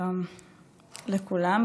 שלום לכולם,